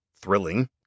thrilling